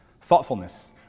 Thoughtfulness